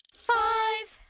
five